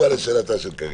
וגם תשובה לשאלתה של קארין.